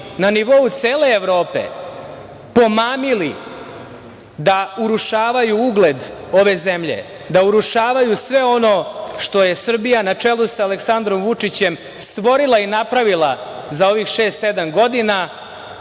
na nivou cele Evrope, pomamili da urušavaju ugled ove zemlje, da urušavaju sve ono što je Srbija na čelu sa Aleksandrom Vučićem stvorila i napravila za ovih šest-sedam godina,